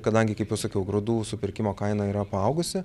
kadangi kai jau sakiau grūdų supirkimo kaina yra apaugusi